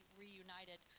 reunited